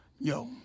Yo